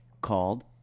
called